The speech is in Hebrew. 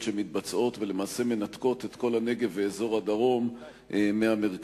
שמתבצעות ולמעשה מנתקות את כל הנגב ואזור הדרום מהמרכז.